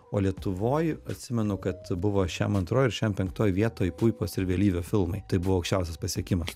o lietuvoj atsimenu kad buvo šem antroj ar šem penktoj vietoj puipos ir vėlyvio filmai tai buvo aukščiausias pasiekimas